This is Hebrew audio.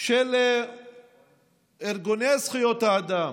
של ארגוני זכויות האדם,